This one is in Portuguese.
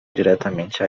diretamente